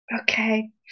Okay